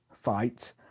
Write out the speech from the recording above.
fight